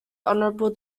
honorable